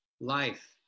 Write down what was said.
life